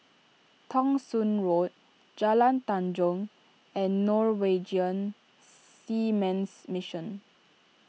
Thong Soon Road Jalan Tanjong and Norwegian Seamen's Mission